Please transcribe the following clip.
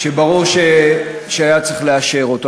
שברור שהיה צריך לאשר אותו.